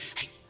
Hey